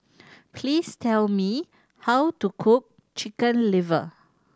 please tell me how to cook Chicken Liver